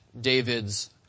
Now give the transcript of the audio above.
David's